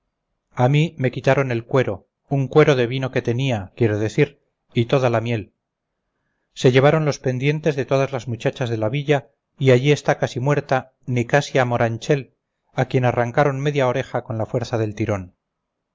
a mí me quitaron el cuero un cuero de vino que tenía quiero decir y toda la miel se llevaron los pendientes de todas las muchachas de la villa y allí está casi muerta nicasia moranchel a quien arrancaron media oreja con la fuerza del tirón